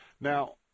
Now